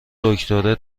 دکتره